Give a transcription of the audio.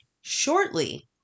shortly